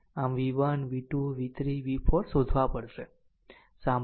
આમ v1 v2 v3 v4 શોધવા પડશે સાંભળો